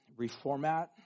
reformat